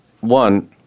one